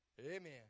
Amen